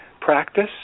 practice